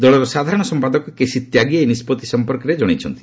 ଦଳର ସାଧାରଣ ସମ୍ପାଦକ କେସି ତ୍ୟାଗି ଏହି ନିଷ୍କର୍ତି ସମ୍ପର୍କରେ ଜଣାଇଛନ୍ତି